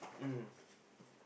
mm